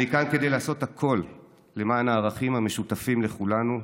אני כאן כדי לעשות הכול למען הערכים המשותפים לכולנו,